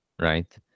Right